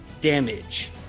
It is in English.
damage